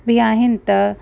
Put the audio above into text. बि आहिनि त